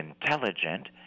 intelligent